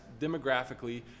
demographically